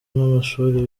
n’amashuri